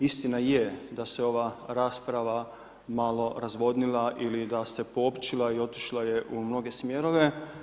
Istina je da se ova rasprava malo razvodnila ili da se poopćila i otišla je u mnoge smjerove.